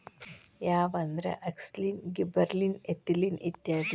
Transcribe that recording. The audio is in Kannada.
ಯಾವಂದ್ರ ಅಕ್ಸಿನ್, ಗಿಬ್ಬರಲಿನ್, ಎಥಿಲಿನ್ ಇತ್ಯಾದಿ